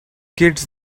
kids